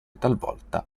talvolta